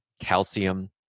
calcium